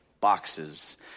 boxes